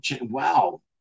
Wow